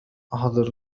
أحضر